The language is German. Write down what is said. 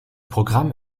programm